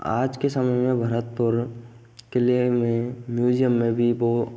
आज के समय में भरतपुर किले में मुजियम है भी वो रख